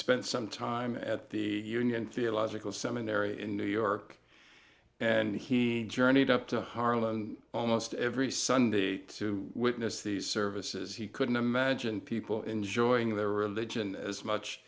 some time at the union theological seminary in new york and he journeyed up to harlem almost every sunday to witness these services he couldn't imagine people enjoying their religion as much